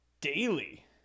daily